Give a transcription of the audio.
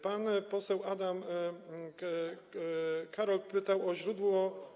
Pan poseł Adam Karol pytał o źródło.